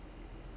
ya